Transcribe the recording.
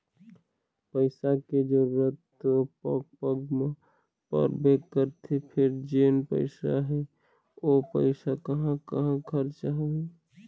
पइसा के जरूरत तो पग पग म परबे करथे फेर जेन पइसा हे ओ पइसा कहाँ कहाँ खरचा होही